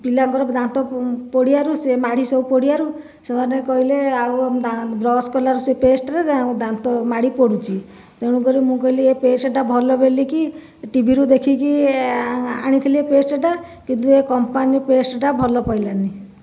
ପିଲାଙ୍କର ଦାନ୍ତ ପୋଡ଼ିବାରୁ ସେ ମାଢ଼ି ସବୁ ପୋଡ଼ିବାରୁ ସେମାନେ କହିଲେ ଆଉ ଆମେ ବ୍ରସ୍ କରିବାରୁ ସେ ପେଷ୍ଟ୍ ରେ ଦାନ୍ତ ମାଢ଼ି ପୋଡ଼ୁଛି ତେଣୁକରି ମୁଁ କହିଲି ଏ ପେଷ୍ଟ୍ ଟା ଭଲ ବୋଲି କରି ଟିଭିରୁ ଦେଖିକି ଆଣିଥିଲି ଏ ପେଷ୍ଟ୍ ଟା କିନ୍ତୁ ଏ କମ୍ପାନୀ ପେଷ୍ଟ୍ ଟା ଭଲ ପଡ଼ିଲାନି